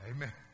Amen